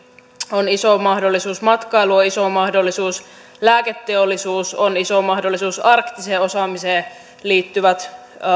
on iso mahdollisuus matkailu on iso mahdollisuus lääketeollisuus on iso mahdollisuus arktiseen osaamiseen liittyvät